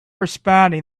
responding